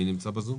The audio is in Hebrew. מי נמצא בזום?